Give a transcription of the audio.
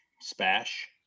Spash